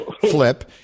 flip